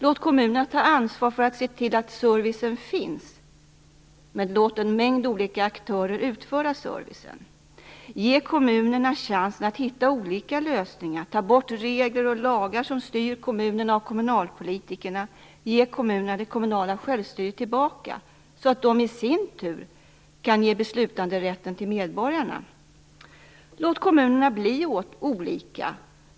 Låt kommunerna ta ansvar för att se till att servicen finns. Men låt en mängd olika aktörer utföra servicen. Ge kommunerna chansen att hitta olika lösningar. Ta bort regler och lagar som styr kommunerna och kommunalpolitikerna. Ge kommunerna det kommunala självstyret tillbaka så att de i sin tur kan ge beslutanderätten till medborgarna. Låt kommunerna bli olika.